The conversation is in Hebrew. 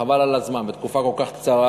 חבל על הזמן, בתקופה קצרה,